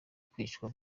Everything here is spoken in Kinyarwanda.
kwicwa